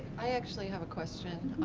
i actually have a question.